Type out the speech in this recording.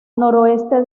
noroeste